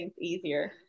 easier